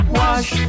wash